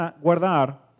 guardar